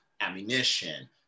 ammunition